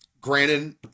Granted